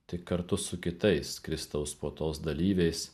tik kartu su kitais kristaus puotos dalyviais